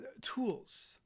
tools